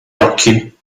occhi